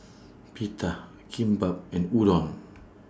Pita Kimbap and Udon